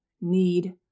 need